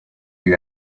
you